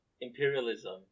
imperialism